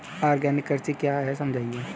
Organic कृषि क्या है समझाइए?